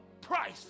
price